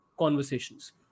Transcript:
conversations